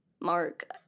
Mark